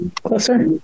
Closer